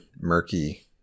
murky